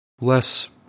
Less